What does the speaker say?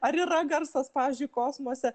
ar yra garsas pavyzdžiui kosmose